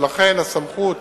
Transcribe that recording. ולכן הסמכות